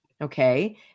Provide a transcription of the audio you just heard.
Okay